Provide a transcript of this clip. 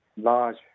large